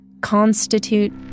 constitute